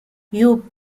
you